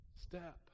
step